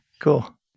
Cool